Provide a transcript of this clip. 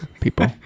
people